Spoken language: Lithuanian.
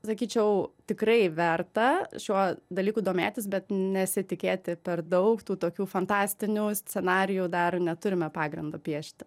sakyčiau tikrai verta šiuo dalyku domėtis bet nesitikėti per daug tų tokių fantastinių scenarijų dar neturime pagrindo piešti